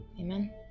Amen